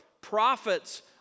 prophets